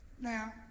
Now